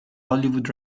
hollywood